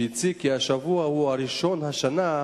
שהציג כי השבוע הוא השבוע הראשון, השנה,